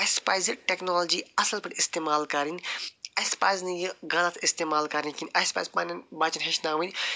اَسہِ پَزِ ٹٮ۪کنالجی اصٕل پٲٹھۍ استعمال کَرٕنۍ اَسہِ پَزِ نہٕ یہِ غلط استعمال کرٕنۍ کِہیٖنۍ اَسہِ پَزِ پنٛنٮ۪ن بچن ہیٚچھناوٕنۍ